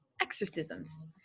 exorcisms